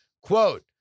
Quote